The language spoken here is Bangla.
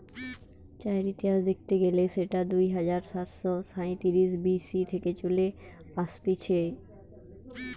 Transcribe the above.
চায়ের ইতিহাস দেখতে গেলে সেটা দুই হাজার সাতশ সাইতিরিশ বি.সি থেকে চলে আসতিছে